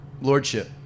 lordship